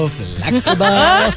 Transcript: flexible